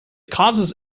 causes